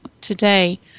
today